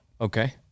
Okay